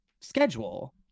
schedule